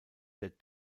der